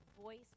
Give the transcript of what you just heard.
voice